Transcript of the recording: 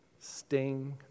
Sting